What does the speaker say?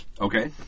Okay